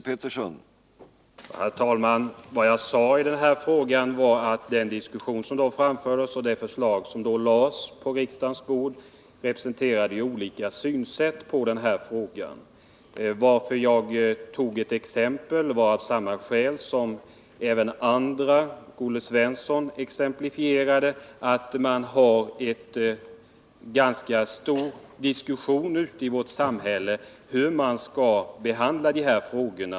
Herr talman! Vad jag sade i denna fråga var att den diskussion som då fördes och det förslag som lades på riksdagens bord representerade olika synsätt. Jag tog ett exempel av samma skäl som Olle Svensson när han exemplifierade att det förekommer en ganska stor diskussion ute i vårt samhälle om hur man skall behandla dessa frågor.